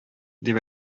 дип